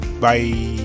Bye